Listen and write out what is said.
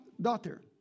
daughter